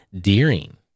Deering